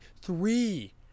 three